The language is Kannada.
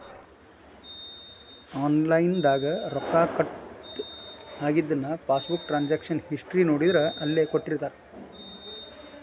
ಆನಲೈನ್ ದಾಗ ರೊಕ್ಕ ಕಟ್ ಆಗಿದನ್ನ ಪಾಸ್ಬುಕ್ ಟ್ರಾನ್ಸಕಶನ್ ಹಿಸ್ಟಿ ನೋಡಿದ್ರ ಅಲ್ಲೆ ವಿವರ ಕೊಟ್ಟಿರ್ತಾರ